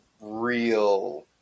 real